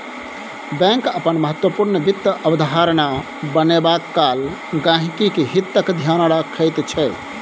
bank अपन महत्वपूर्ण वित्त अवधारणा बनेबा काल गहिंकीक हितक ध्यान रखैत छै